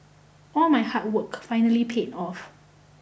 all my hard work finally paid off